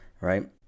right